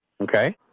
Okay